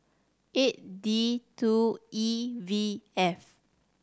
eight D two E V F